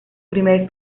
primer